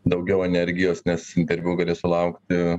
daugiau energijos nes interviu gali sulaukti